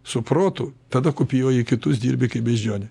su protu tada kopijuoji kitus dirbi kaip beždžionė